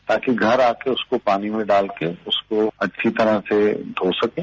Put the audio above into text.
ताकि घर आकर उसको पानी में डालकर उसको अच्छी तरह से धो सकें